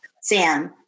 Sam